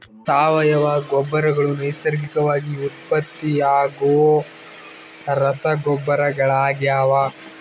ಸಾವಯವ ಗೊಬ್ಬರಗಳು ನೈಸರ್ಗಿಕವಾಗಿ ಉತ್ಪತ್ತಿಯಾಗೋ ರಸಗೊಬ್ಬರಗಳಾಗ್ಯವ